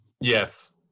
Yes